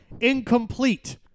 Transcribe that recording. Incomplete